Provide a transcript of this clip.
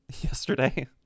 Yesterday